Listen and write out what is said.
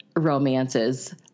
romances